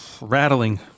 Rattling